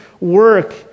work